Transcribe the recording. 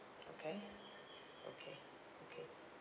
okay okay okay